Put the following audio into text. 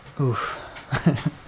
Oof